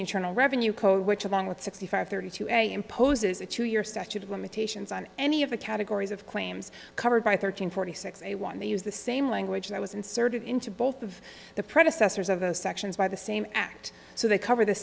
internal revenue code which along with sixty five thirty two a imposes a two year statute of limitations on any of the categories of claims covered by thirteen forty six they want to use the same language that was inserted into both of the predecessors of the sections by the same act so they cover the